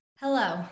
Hello